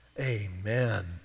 amen